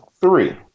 three